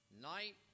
night